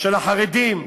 של החרדים.